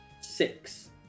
Six